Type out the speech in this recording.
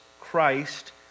Christ